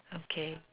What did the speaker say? okay